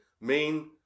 main